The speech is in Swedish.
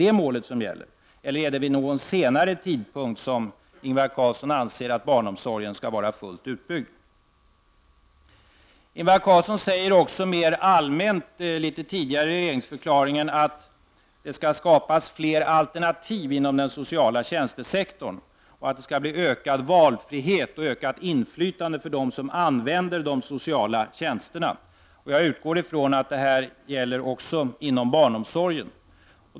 Eller är det vid någon senare tidpunkt som Ingvar Carlsson anser att barnomsorgen skall vara fullt utbyggd? Ingvar Carlsson säger också allmänt i regeringsförklaringen att det skall skapas fler alternativ inom den sociala tjänstesektorn och att det skall bli ökad valfrihet och ökat inflytande för dem som utnyttjar de sociala tjänsterna. Jag utgår från att detta skall gälla även inom barnomsorgen.